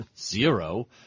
zero